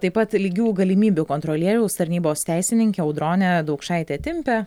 taip pat lygių galimybių kontrolieriaus tarnybos teisininkė audronė daukšaitė timpė